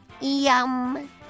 Yum